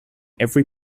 every